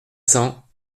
cents